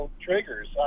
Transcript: triggers